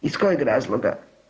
Iz kojeg razloga?